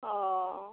অ'